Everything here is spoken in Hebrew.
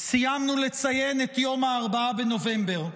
סיימנו לציין את יום 4 בנובמבר,